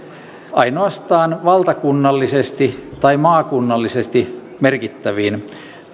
ainoastaan valtakunnallisesti tai maakunnallisesti merkittäviin